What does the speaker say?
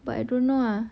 but I don't know ah